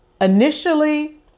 Initially